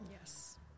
Yes